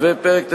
פרק ט"ז,